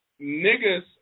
niggas